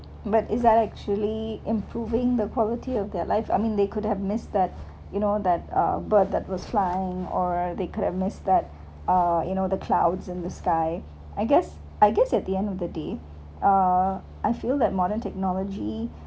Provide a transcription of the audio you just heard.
but is actually improving the quality of their life I mean they could have miss that you know that a bird that was flying or they could miss that uh you know the clouds in the sky I guess I guess at the end of the day uh I feel that modern technology